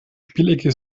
spielecke